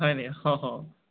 হয় নেকি